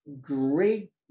great